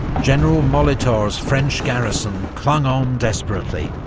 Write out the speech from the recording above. general molitor's french garrison clung on desperately,